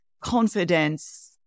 confidence